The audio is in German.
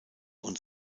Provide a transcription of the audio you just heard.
und